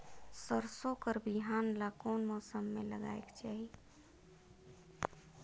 सरसो कर बिहान ला कोन मौसम मे लगायेक चाही?